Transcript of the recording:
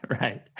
Right